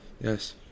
Yes